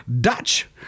Dutch